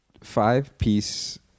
five-piece